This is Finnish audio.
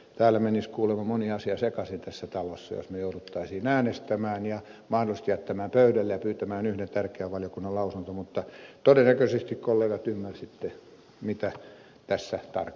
täällä menisi kuulemma moni asia sekaisin tässä talossa jos me joutuisimme äänestämään ja mahdollisesti jättämään pöydälle ja pyytämään yhden tärkeän valiokunnan lausunnon mutta todennäköisesti kollegat ymmärsitte mitä tässä tarkoitin